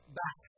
back